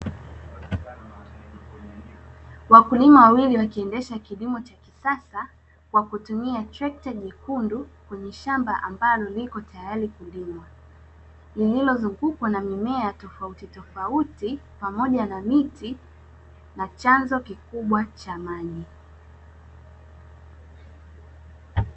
Wakulima wawili wakiendesha kilimo cha kisasa kwa kutumia trekta jekundu kwenye shamba ambalo liko tayari kulimwa, lililozungukwa na mimea tofautitofauti pamoja na miti na chanzo kikubwa cha maji.